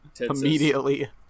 Immediately